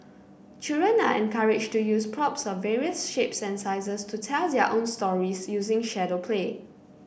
children are encouraged to use props of various shapes and sizes to tell their own stories using shadow play